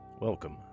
Welcome